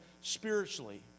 spiritually